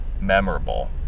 memorable